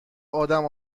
ادم